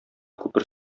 күпер